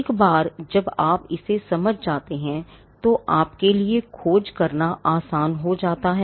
एक बार जब आप इसे समझ जाते हैं तो आपके लिए खोज करना आसान हो जाता है